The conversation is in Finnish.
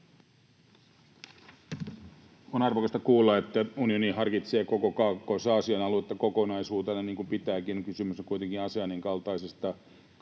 On arvokasta kuulla, että unioni harkitsee koko Kaakkois-Aasian aluetta kokonaisuutena, niin kuin pitääkin — kysymys on kuitenkin Aseanin kaltaisesta kauppa-